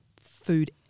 food